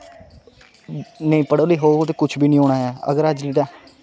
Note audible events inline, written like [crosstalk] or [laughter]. नेईं पढ़ग लिखग ते कुछ बी नेईं होना ऐ अगर अज्ज [unintelligible]